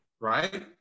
right